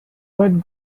what